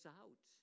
out